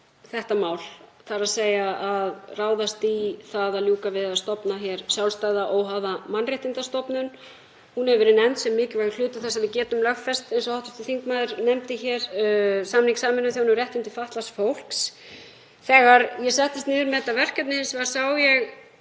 þetta mál, að ráðast í það að ljúka við að stofna sjálfstæða óháða mannréttindastofnun. Hún hefur verið nefnd sem mikilvægur hluti þess að við getum lögfest, eins og hv. þingmaður nefndi hér, samning Sameinuðu þjóðanna um réttindi fatlaðs fólks. Þegar ég settist niður með þetta verkefni sá ég